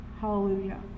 Hallelujah